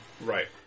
Right